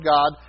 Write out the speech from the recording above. God